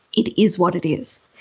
it is what it is.